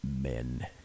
Men